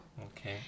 Okay